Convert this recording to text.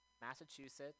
Massachusetts